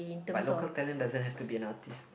but local talent doesn't have to be an artiste